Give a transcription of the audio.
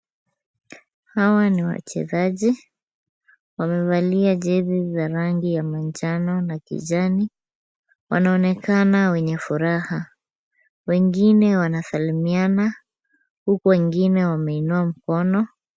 Hawa ni wachezaji. Wamevalia jezi za rangi ya manjano na kijani. Wanaonekana wenye furaha. Wengine wanasalimiana huku wengine wameinua mkono.